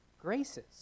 graces